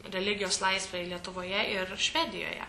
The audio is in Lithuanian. religijos laisvei lietuvoje ir švedijoje